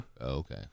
Okay